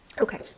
Okay